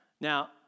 Now